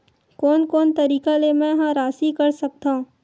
कोन कोन तरीका ले मै ह राशि कर सकथव?